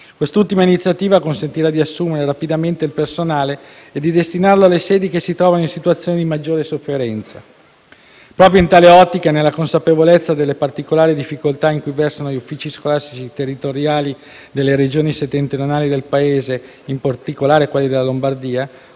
Quest'ultima iniziativa consentirà di assumere rapidamente il personale e di destinarlo alle sedi che si trovano in situazione di maggiore sofferenza. Proprio in tale ottica e nella consapevolezza delle particolari difficoltà in cui versano gli uffici scolastici territoriali delle Regioni settentrionali del Paese, in particolare quelli della Lombardia,